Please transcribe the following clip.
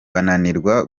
bananirwa